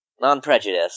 Non-prejudice